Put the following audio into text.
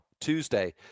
Tuesday